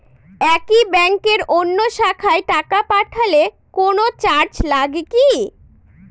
একই ব্যাংকের অন্য শাখায় টাকা পাঠালে কোন চার্জ লাগে কি?